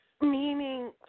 Meaning